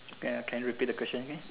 can can repeat the question again